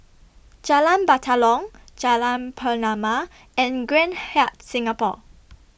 Jalan Batalong Jalan Pernama and Grand Hyatt Singapore